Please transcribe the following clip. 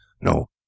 no